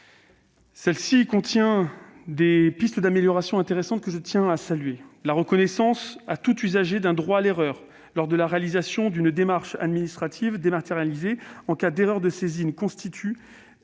Ce texte contient des pistes d'amélioration intéressantes que je tiens à saluer. La reconnaissance à tout usager d'un droit à l'erreur lors de la réalisation d'une démarche administrative dématérialisée en cas d'erreur de saisie constitue